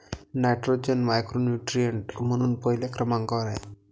nitrogen macronutrient म्हणून पहिल्या क्रमांकावर आहे